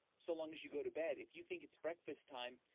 so long as you go to bed. if you think it's breakfast time,